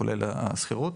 כולל השכירות